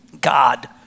god